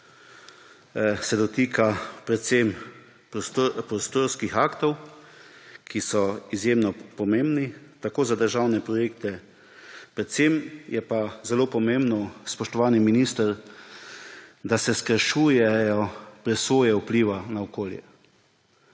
se dotika predvsem prostorskih aktov, ki so izjemno pomembni, tudi za državne projekte; predvsem je pa zelo pomembno, spoštovani minister, da se skrajšujejo presoje vpliva na okolje.